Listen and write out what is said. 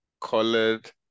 Colored